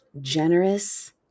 generous